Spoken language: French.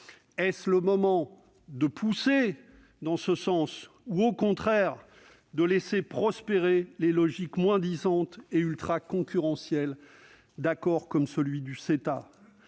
Est-ce le moment de pousser dans ce sens ou, au contraire, de laisser prospérer les logiques moins-disantes et ultraconcurrentielles d'accords comme le CETA ?